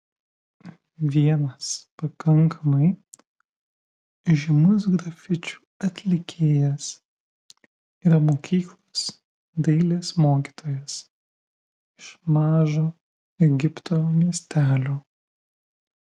vienas pakankamai žymus grafičių atlikėjas yra mokyklos dailės mokytojas iš mažo egipto miestelio